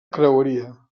creueria